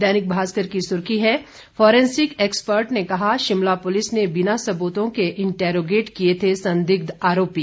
दैनिक भास्कर की सुर्खी है फॉरेंसिक एक्सपर्ट ने कहा शिमला पुलिस ने बिना सब्रतों के इंटेरोगेट किए थे संदिग्ध आरोपी